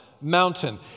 mountain